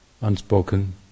unspoken